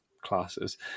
classes